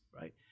right